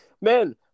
Man